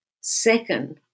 Second